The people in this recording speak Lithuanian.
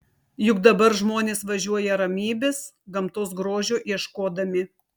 juk dabar žmonės važiuoja ramybės gamtos grožio ieškodami